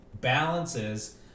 balances